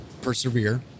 persevere